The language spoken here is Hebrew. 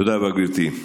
תודה רבה, גברתי.